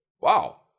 wow